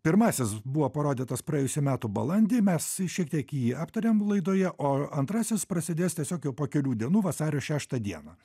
pirmasis buvo parodytas praėjusių metų balandį mes i šiek tiek jį aptarėm laidoje o antrasis prasidės tiesiog jau po kelių dienų vasario šeštą dieną